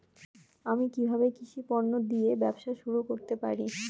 আমি কিভাবে কৃষি পণ্য দিয়ে ব্যবসা শুরু করতে পারি?